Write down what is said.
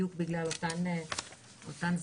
בדיוק בגלל אותן סיבות,